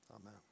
amen